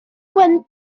went